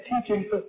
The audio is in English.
teaching